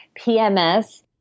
PMS